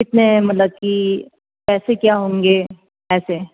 कितने मतलब की पैसे क्या होंगे ऐसे